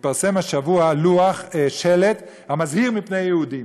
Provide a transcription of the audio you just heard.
התפרסם השבוע שלט המזהיר מפני יהודים.